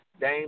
Dame